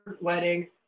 wedding